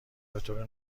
بطور